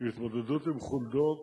התמודדות עם חולדות